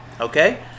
okay